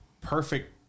perfect